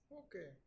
okay